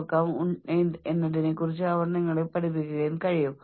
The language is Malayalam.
നമ്മുടെ ഉണർന്നിരിക്കുന്ന സമയത്തിന്റെ വലിയൊരു ഭാഗം നമ്മൾ ജോലിസ്ഥലത്ത് ചെലവഴിക്കുന്നു